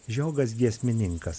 žiogas giesmininkas